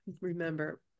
remember